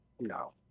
No